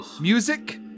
music